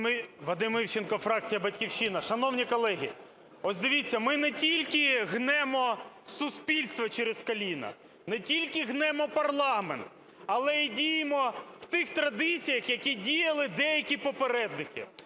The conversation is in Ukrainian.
Вадим Івченко, фракція "Батьківщина". Шановні колеги, ось дивіться ми не тільки гнемо суспільство через коліно, не тільки гнемо парламент, але і діємо в тих традиціях, в яких діяли деякі попередники.